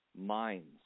minds